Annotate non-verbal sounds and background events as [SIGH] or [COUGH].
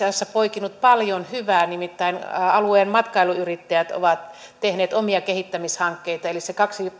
[UNINTELLIGIBLE] asiassa poikinut paljon hyvää nimittäin alueen matkailuyrittäjät ovat tehneet omia kehittämishankkeita eli se kaksi